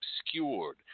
obscured